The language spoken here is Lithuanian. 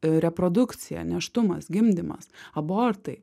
reprodukcija nėštumas gimdymas abortai